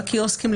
בקיוסקים,